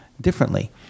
differently